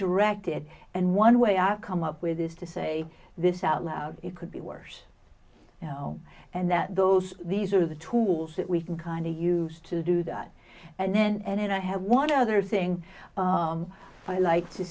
redirected and one way i come up with is to say this out loud it could be worse you know and that those these are the tools that we can kind of used to do that and then end it i have one other thing i like to